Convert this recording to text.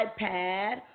iPad